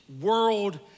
World